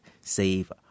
save